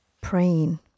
praying